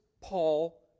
Paul